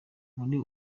muri